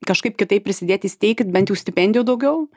kažkaip kitaip prisidėti įsteikit bent jau stipendijų daugiau